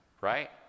Right